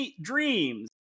dreams